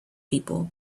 people